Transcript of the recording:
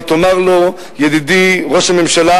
ותאמר לו: ידידי ראש הממשלה,